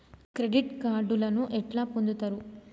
Credit కార్డులను ఎట్లా పొందుతరు?